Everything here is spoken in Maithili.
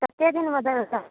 कत्तेक दिनमे